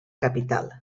capital